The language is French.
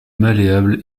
malléable